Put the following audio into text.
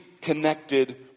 connected